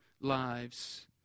lives